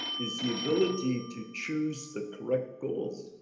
is the ability to choose the correct goals.